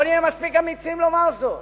בואו נהיה מספיק אמיצים לומר זאת.